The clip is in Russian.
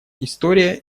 история